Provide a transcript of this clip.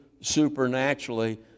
supernaturally